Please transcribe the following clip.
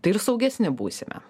tai ir saugesni būsime